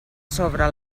sobre